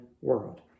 world